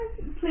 Please